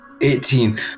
Eighteen